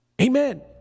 Amen